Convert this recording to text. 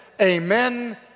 amen